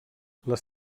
les